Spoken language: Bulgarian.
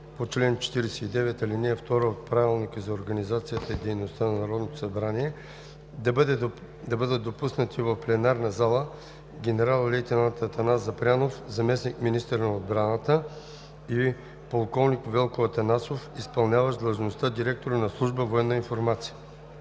по чл. 49, ал. 2 от Правилника за организацията и дейността на Народното събрание да бъдат допуснати в пленарната зала генерал-лейтенант Атанас Запрянов – заместник-министър на отбраната, и полковник Велко Атанасов – изпълняващ длъжността директор на служба „Военна информация“.